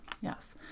Yes